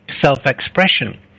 self-expression